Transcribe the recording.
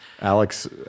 Alex